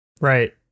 right